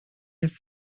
jest